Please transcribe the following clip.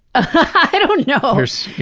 ah i don't know! there's.